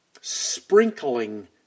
sprinkling